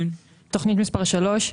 תוכנית 3,